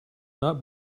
not